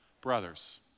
Brothers